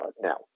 Now